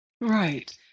Right